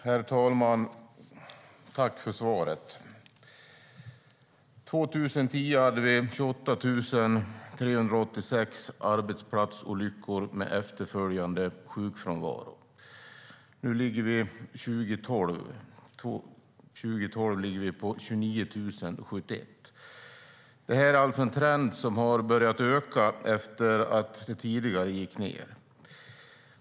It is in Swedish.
Herr talman! Jag tackar ministern för svaret. År 2010 hade vi 28 386 arbetsplatsolyckor med efterföljande sjukfrånvaro. År 2012 låg vi på 29 071. Det är alltså en trend som har börjat gå uppåt efter att tidigare ha gått ned.